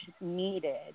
needed